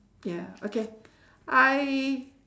ya okay I